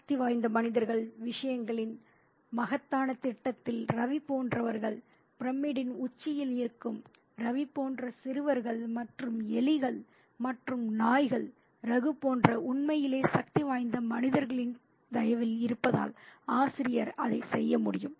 சக்திவாய்ந்த மனிதர்கள் விஷயங்களின் மகத்தான திட்டத்தில் ரவி போன்றவர்கள் பிரமிட்டின் உச்சியில் இருக்கும் ரவி போன்ற சிறுவர்கள் மற்றும் எலிகள் மற்றும் நாய்கள் ரகு போன்ற உண்மையிலேயே சக்திவாய்ந்த மனிதர்களின் தயவில் இருப்பதால் ஆசிரியர் அதை செய்ய முடியும்